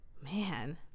man